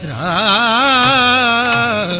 aa